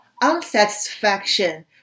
unsatisfaction